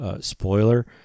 spoiler –